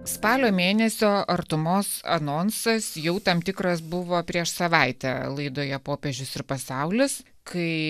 spalio mėnesio artumos anonsas jau tam tikras buvo prieš savaitę laidoje popiežius ir pasaulis kai